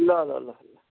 ल ल ल